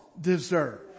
deserve